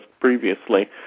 previously